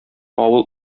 авыл